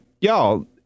y'all